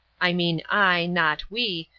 i mean i, not we,